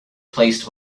replaced